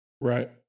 Right